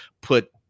put